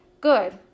Good